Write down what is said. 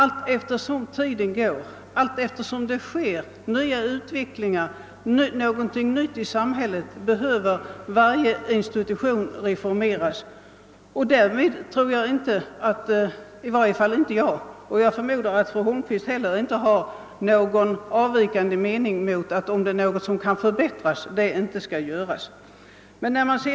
Allteftersom tiden går inträffar det nya saker i samhället, och varje institution behöver reformeras. Därför anser jag — och jag förmodar att fru Holmqvist inte har någon avvikande mening — att man bör göra allt som kan göras för att åstadkomma en förbättring.